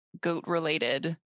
goat-related